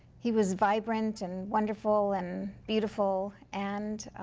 he was vibrant and wonderful and beautiful and